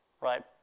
right